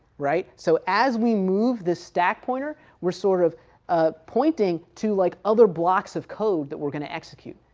right, so as we move the stack pointer, we're sort of ah pointing to like other blocks of code that we're going to execute.